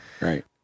Right